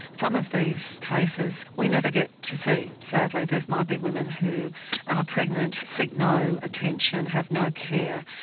some of these cases we never get to see sadly, these might be women who are pregnant, seek no attention, have no care,